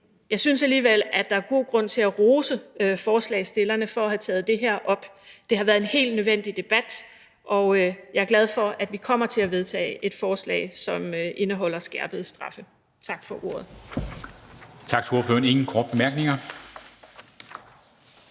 jeg synes alligevel, at der er god grund til at rose forslagsstillerne for at have taget det her op. Det har været en helt nødvendig debat, og jeg er glad for, at vi kommer til at vedtage et forslag, som indeholder skærpede straffe. Tak for ordet. Kl. 16:59 Formanden